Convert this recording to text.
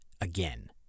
again